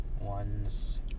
ones